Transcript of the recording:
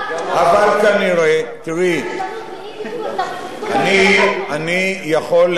אבל כנראה, תראי, אני יכול להבין,